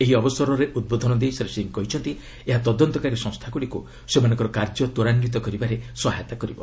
ଏହି ଅବସରରେ ଉଦ୍ବୋଧନ ଦେଇ ଶ୍ରୀ ସିଂହ କହିଛନ୍ତି ଏହା ତଦନ୍ତକାରୀ ସଂସ୍ଥାଗୁଡ଼ିକୁ ସେମାନଙ୍କ କାର୍ଯ୍ୟ ତ୍ୱରାନ୍ୱିତ କରିବାରେ ସହାୟତା କରିବ